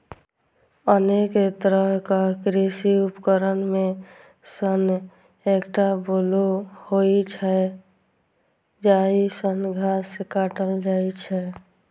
अनेक तरहक कृषि उपकरण मे सं एकटा बोलो होइ छै, जाहि सं घास काटल जाइ छै